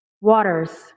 Waters